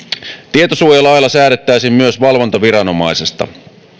tietosuojalailla säädettäisiin myös valvontaviranomaisesta